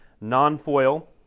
non-foil